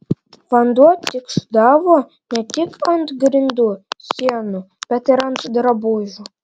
vanduo tikšdavo ne tik ant grindų sienų bet ir ant drabužių